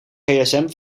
gsm